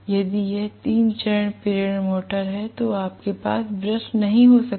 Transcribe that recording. यदि यह तीन चरण प्रेरण मोटर है तो आपके पास ब्रश नहीं हो सकते